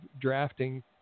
drafting